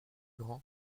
grand